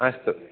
अस्तु